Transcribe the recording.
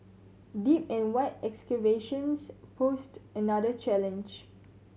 deep and wide excavations posed another challenge